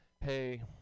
Hey